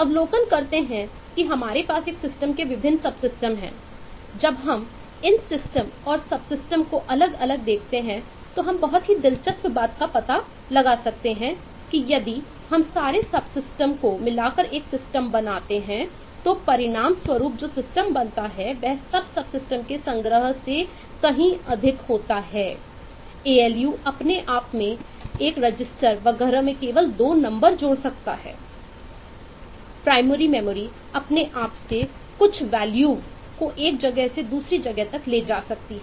अवलोकन करते हैं कि हमारे पास एक सिस्टम वगैरह में केवल 2 नंबर जोड़ सकता है